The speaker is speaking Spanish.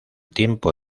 tiempo